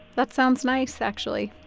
that sounds nice, actually